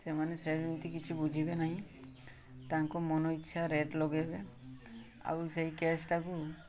ସେମାନେ ସେମିତି କିଛି ବୁଝିବେ ନାହିଁ ତାଙ୍କ ମନ ଇଚ୍ଛା ରେଟ୍ ଲଗାଇବେ ଆଉ ସେଇ କେସ୍ଟାକୁ